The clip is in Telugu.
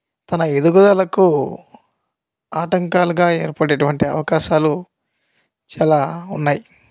తన ఎదుగుదలకు ఆటంకాలుగా ఏర్పడే అటువంటి అవకాశాలు చాలా ఉన్నాయి